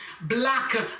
black